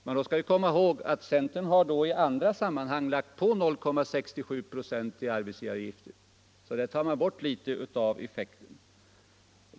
—- men då skall vi komma ihåg att centern i andra sammanhang har lagt på 0,67 96 i arbetsgivaravgifter, vilket tar bort litet av effekten.